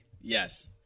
yes